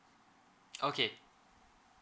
okay